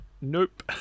nope